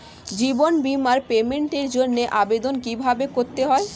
জীবন বীমার পেমেন্টের জন্য আবেদন কিভাবে করতে হয়?